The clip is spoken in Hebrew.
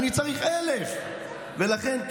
אני צריך 1,000. ולכן,